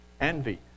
envy